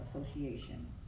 Association